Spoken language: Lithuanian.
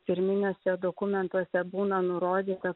pirminiuose dokumentuose būna nurodyta